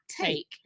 take